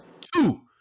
Two